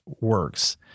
works